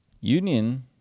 Union